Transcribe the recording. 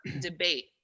debate